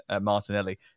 Martinelli